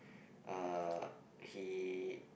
uh he